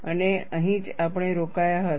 અને અહીં જ આપણે રોકાયા હતા